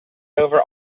over